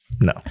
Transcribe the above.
No